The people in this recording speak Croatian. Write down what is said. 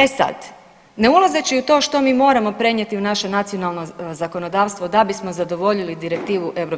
E sad, ne ulazeći u to što mi moramo prenijeti u naše nacionalno zakonodavstvo da bismo zadovoljili direktivu EU